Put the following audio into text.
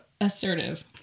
assertive